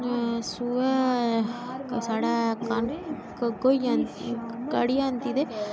सोहे साढ़ै कनक होई कड़ी जंदी ते